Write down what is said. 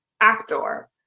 actor